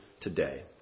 today